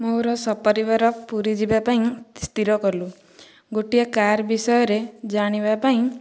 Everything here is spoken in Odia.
ମୋର ସପରିବାର ପୁରୀ ଯିବାପାଇଁ ସ୍ଥିର କଲୁ ଗୋଟିଏ କାର ବିଷୟରେ ଜାଣିବା ପାଇଁ